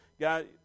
God